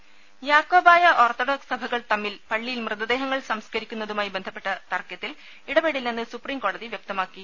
ദര യാക്കോബായ ഓർത്തഡോക്സ് സഭകൾ തമ്മിൽ പള്ളിയിൽ മൃതദേഹങ്ങൾ സംസ്ക്കരിക്കുന്നതുമായി ബന്ധപ്പെട്ട തർക്കത്തിൽ ഇടപെടില്ലെന്ന് സുപ്രീംകോടതി വ്യക്തമാക്കി